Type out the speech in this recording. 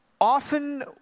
Often